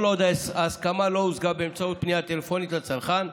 כל עוד ההסכמה לא הושגה באמצעות פנייה טלפונית לצרכן.